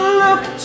look